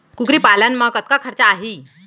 कुकरी पालन म कतका खरचा आही?